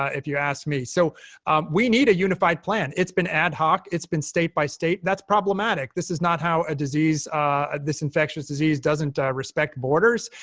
ah if you ask me. so we need a unified plan. it's been ad hoc. it's been state by state. that's problematic. this is not how a disease this infectious disease doesn't respect borders,